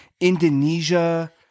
Indonesia